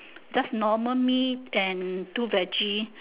just normal meat and two veggie